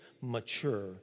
mature